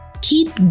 Keep